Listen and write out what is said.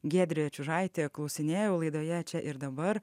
giedrė čiužaitė klausinėjau laidoje čia ir dabar